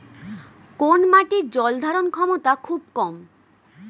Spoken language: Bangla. কোন মাটির জল ধারণ ক্ষমতা খুব কম?